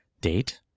date